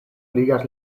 ligas